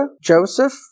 Joseph